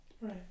right